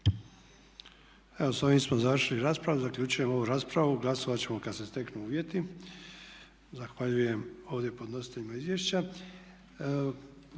Evo s ovim smo završili raspravu. Zaključujem ovu raspravu. Glasovati ćemo kada se steknu uvjeti. Zahvaljujem ovdje podnositeljima izvješća.